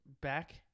back